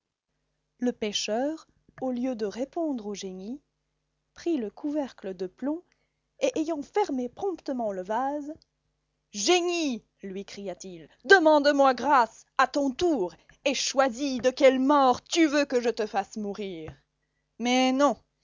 le pêcheur au lieu de répondre au génie prit le couvercle de plomb et ayant fermé promptement le vase génie lui cria-t-il demande-moi grâce à ton tour et choisis de quelle mort tu veux que je te fasse mourir mais non